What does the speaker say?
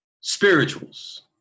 spirituals